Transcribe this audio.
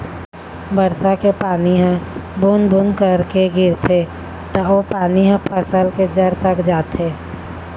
बरसा के पानी ह बूंद बूंद करके गिरथे त ओ पानी ह फसल के जर तक जाथे